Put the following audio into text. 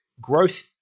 growth